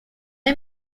hay